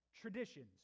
Traditions